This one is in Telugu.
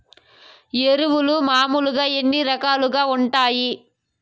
ఎరువులు మామూలుగా ఎన్ని రకాలుగా వుంటాయి?